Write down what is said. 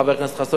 חבר הכנסת חסון,